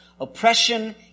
Oppression